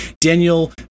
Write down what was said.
Daniel